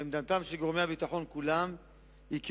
עמדתם של גורמי הביטחון כולם היא כי